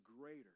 greater